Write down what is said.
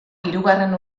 hirugarren